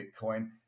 Bitcoin